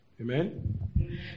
Amen